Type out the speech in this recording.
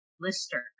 lister